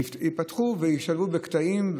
ייפתחו וישלבו בקטעים.